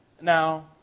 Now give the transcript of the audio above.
Now